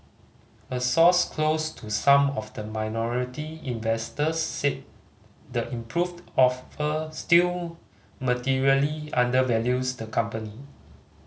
a source close to some of the minority investors said the improved offer still materially undervalues the company